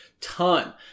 ton